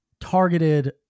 targeted